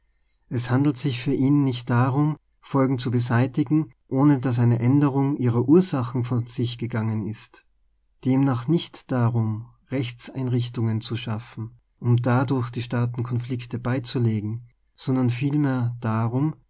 es handelt sich für ihn nicht darum folgen zu beseitigen ohne daß eine aenderung ihrer ursachen vor sich gegangen ist demnach nicht darum rechtseinrichtungen zu schaffen um dadurch die staatenkonflikte beizulegen sondern vielmehr darum